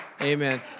Amen